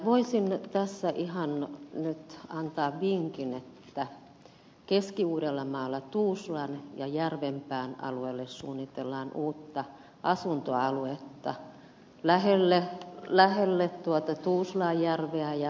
voisin tässä ihan nyt antaa vinkin että keski uudellamaalla tuusulan ja järvenpään alueelle suunnitellaan uutta asuntoaluetta lähelle tuusulanjärveä ja lähelle rantatietä